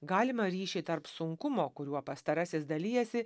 galimą ryšį tarp sunkumo kuriuo pastarasis dalijasi